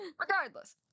Regardless